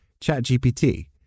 ChatGPT